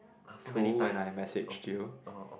!huh! so many times okay orh